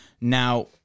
Now